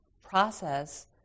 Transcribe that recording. process